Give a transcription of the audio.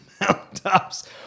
mountaintops